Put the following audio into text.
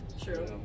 true